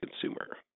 consumer